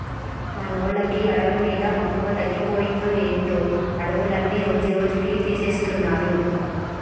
మనోళ్ళకి అడవి మీద మక్కువ తగ్గిపోయిందో ఏందో అడవులన్నీ రోజురోజుకీ తీసేస్తున్నారు